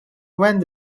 went